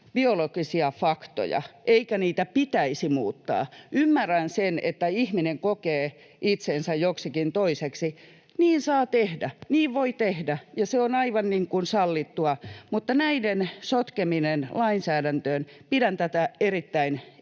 biologisia faktoja, eikä niitä pitäisi muuttaa. Ymmärrän sen, että ihminen kokee itsensä joksikin toiseksi. Niin saa tehdä, niin voi tehdä, ja se on aivan sallittua, mutta näiden sotkemista lainsäädäntöön pidän erittäin